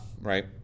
right